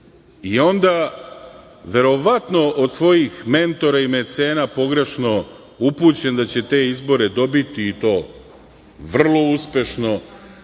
i onda verovatno od svojih mentora i mecena pogrešno upućen da će te izbore dobiti i to vrlo uspešno